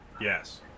yes